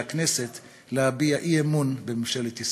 מהכנסת להביע אי-אמון בממשלת ישראל.